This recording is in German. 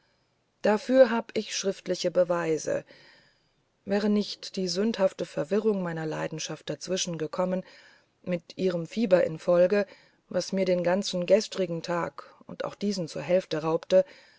dafür hab ich schriftlichen beweis wäre nicht die sündhafte verwirrung meiner leidenschaft dazwischen gekommen mit ihrem fieber im gefolge was mir den ganzen gestrigen tag und auch diesen zur hälfte raubte